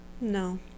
No